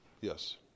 Yes